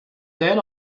then